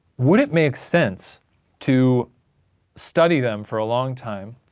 would it make sense to study them for a long time,